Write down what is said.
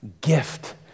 gift